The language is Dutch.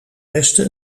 beste